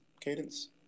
Cadence